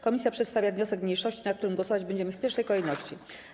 Komisja przedstawia wniosek mniejszości, nad którym głosować będziemy w pierwszej kolejności.